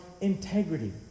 integrity